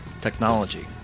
technology